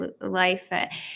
life